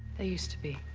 there used to be.